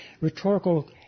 rhetorical